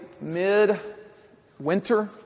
mid-winter